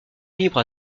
libre